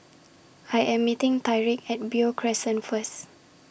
I Am meeting Tyriq At Beo Crescent First